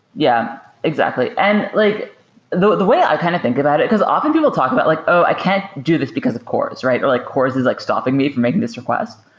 yeah, exactly. and like the the way i kind of think about it, because often people talk about, like oh! i can't do this because of cors, or like cors is like stopping me from making this request.